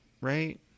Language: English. right